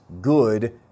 good